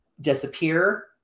disappear